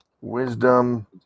wisdom